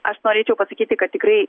aš norėčiau pasakyti kad tikrai